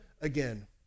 again